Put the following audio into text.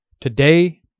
today